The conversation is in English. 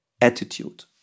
attitude